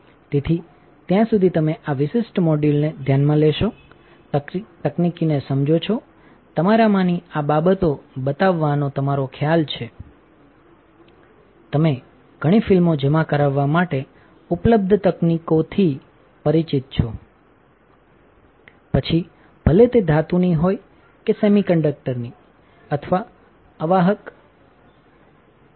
તેથી ત્યાં સુધી તમેઆ વિશિષ્ટ મોડ્યુલનેધ્યાનમાં લેશો તકનીકીને સમજો છો તમારામાંની આ બાબતો બતાવવાનો તમારો ખ્યાલ છે તમે ઘણી ફિલ્મો જમા કરાવવા માટે ઉપલબ્ધ તકનીકીઓથી પરિચિત છો પછી ભલે તે ધાતુની હોય કે સેમિકન્ડક્ટરની અથવા અવાહક બધા RIGHT